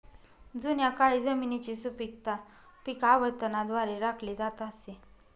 जुन्या काळी जमिनीची सुपीकता पीक आवर्तनाद्वारे राखली जात असे